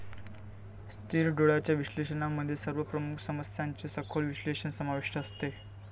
स्थिर डोळ्यांच्या विश्लेषणामध्ये सर्व प्रमुख समस्यांचे सखोल विश्लेषण समाविष्ट असते